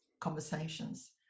conversations